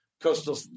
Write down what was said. coastal